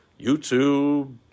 YouTube